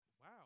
Wow